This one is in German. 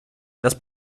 das